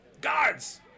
Guards